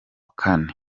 kane